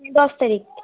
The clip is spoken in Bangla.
দশ তারিখ